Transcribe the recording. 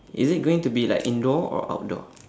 is it going to be like indoor or outdoor